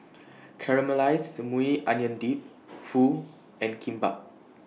Caramelized Maui Onion Dip Pho and Kimbap